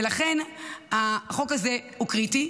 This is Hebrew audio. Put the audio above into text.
ולכן החוק הזה הוא קריטי.